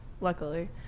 luckily